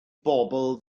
bobol